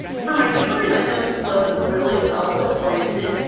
for my viewers, i know this wasn't really elfquest oriented.